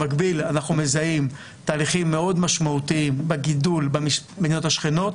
במקביל אנחנו מזהים תהליכים מאוד משמעותיים בגידול במדינות השכנות.